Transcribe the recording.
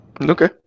Okay